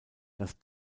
das